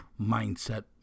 Mindset